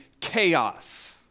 chaos